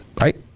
right